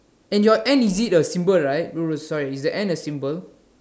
and your and is it the symbol right no no sorry is the and a symbol